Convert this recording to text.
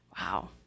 wow